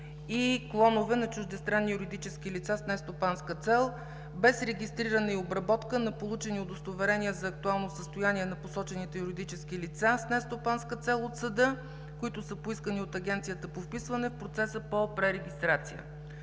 и клонове на чуждестранни юридически лица с нестопанска цел без регистриране и обработка на получени удостоверения за актуално състояние на посочените юридически лица с нестопанска цел от съда, които са поискани от Агенцията по вписванията в процеса по пререгистрация.